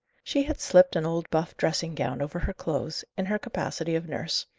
she had slipped an old buff dressing-gown over her clothes, in her capacity of nurse,